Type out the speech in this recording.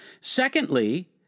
Secondly